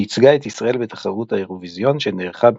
וייצגה את ישראל בתחרות האירוויזיון שנערכה